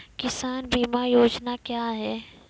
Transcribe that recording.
किसान बीमा योजना क्या हैं?